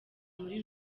muri